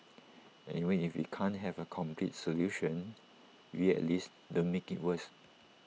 and even if we can't have A complete solution we at least don't make IT worse